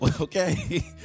okay